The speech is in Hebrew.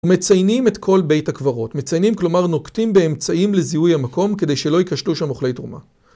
מציינים את כל בית הקברות, מציינים כלומר נוקטים באמצעים לזיהוי המקום כדי שלא ייקשטו שם אוכלי תרומה.